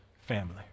family